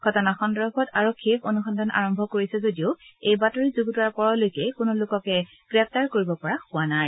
ঘটনা সন্দৰ্ভত আৰক্ষীয়ে অনুসন্ধান আৰম্ভ কৰিছে যদিও এই বাতৰি যুগুতোৱাৰ পৰলৈ কোনো লোককে গ্ৰেপ্তাৰ কৰিব পৰা হোৱা নাই